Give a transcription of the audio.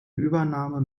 übernahme